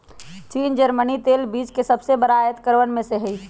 चीन जर्मनी तेल बीज के सबसे बड़ा आयतकरवन में से हई